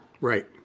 Right